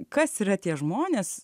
kas yra tie žmonės